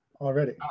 already